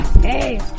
hey